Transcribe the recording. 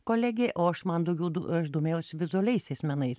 kolegė o aš man daugiau aš domėjausi vizualiaisiais menais